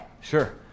Sure